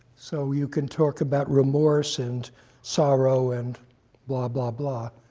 so you can talk about remorse, and sorrow, and blah, blah, blah.